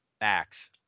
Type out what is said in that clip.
Max